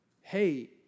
hey